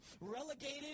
relegated